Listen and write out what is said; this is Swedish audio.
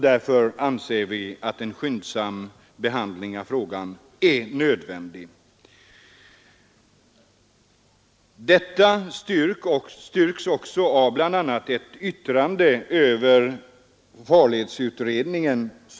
Därför anser vi att en skyndsam behandling av frågan är nödvändig. Detta styrks bl.a. av ett av Thunrederier AB avgivet yttrande över farledsutredningen.